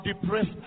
depressed